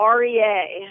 REA